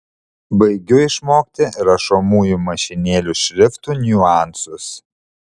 baigiu išmokti rašomųjų mašinėlių šriftų niuansus